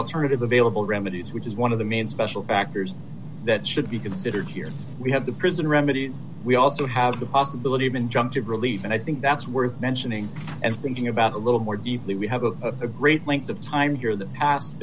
alternative available remedies which is one of the main special factors that should be considered here we have the prison remedy we also have the possibility of injunctive relief and i think that's worth mentioning and thinking about a little more deeply we have a great length of time between the